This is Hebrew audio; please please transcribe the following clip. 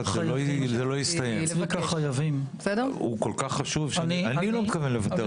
הוא כל כך חשוב שאני לא מתכוון לוותר עליו.